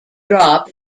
drop